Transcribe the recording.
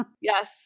Yes